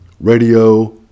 Radio